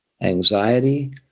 anxiety